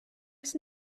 dass